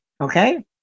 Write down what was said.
okay